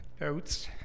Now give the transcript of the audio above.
notes